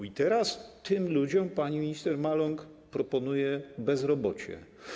I teraz tym ludziom pani minister Maląg proponuje bezrobocie.